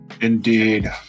Indeed